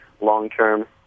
long-term